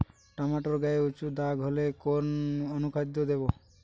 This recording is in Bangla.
টমেটো গায়ে উচু দাগ হলে কোন অনুখাদ্য দেবো?